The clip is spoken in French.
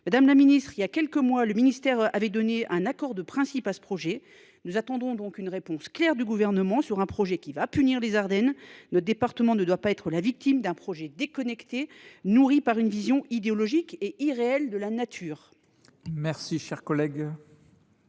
Madame la ministre, voilà quelques mois, le ministère a donné son accord de principe à ce projet. Nous attendons une réponse claire de la part du Gouvernement sur cette opération qui punira les Ardennes. Le département ne doit pas être la victime d’un projet déconnecté, nourri par une vision idéologique et irréelle de la nature ! La parole est